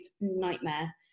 nightmare